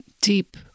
deep